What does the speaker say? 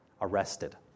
arrested